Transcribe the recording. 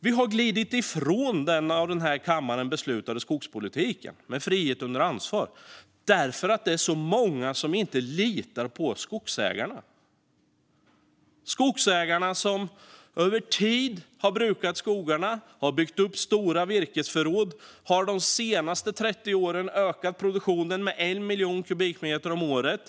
Vi har glidit ifrån den av denna kammare beslutade skogspolitiken, som innebär frihet under ansvar, därför att det är så många som inte litar på skogsägarna. Detta är skogsägare som över tid har brukat skogarna, byggt upp stora virkesförråd och under de senaste 30 åren ökat produktionen med 1 miljon kubikmeter om året.